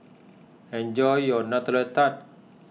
enjoy your Nutella Tart